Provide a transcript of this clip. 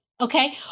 okay